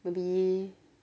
maybe